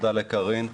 תודה לח"כ קארין אלהרר,